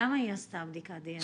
למה היא עשתה בדיקת דנ"א?